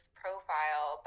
profile